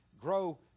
grow